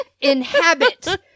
inhabit